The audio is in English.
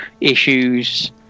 issues